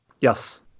Yes